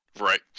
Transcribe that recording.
Right